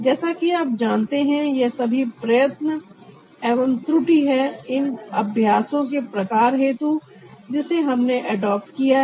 जैसा कि आप जानते हैं यह सभी प्रयत्न एवं त्रुटि है इन अभ्यासों के प्रकार हेतु जिसे हमने एडॉप्ट किया है